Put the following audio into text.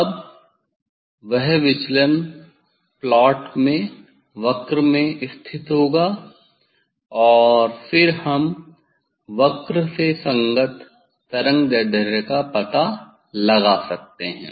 अब वह विचलन प्लॉट में वक्र में स्थित होगा और फिर हम वक्र से संगत तरंगदैर्ध्य का पता लगा सकते हैं